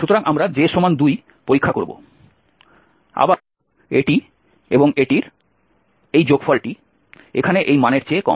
সুতরাং আমরা j 2 পরীক্ষা করব আবার এটি এবং এটির এই যোগফলটি এখানে এই মানের চেয়ে কম